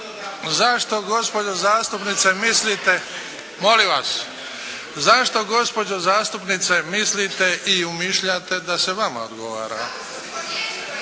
zašto gospođo zastupnice mislite i umišljate da se vama odgovaralo.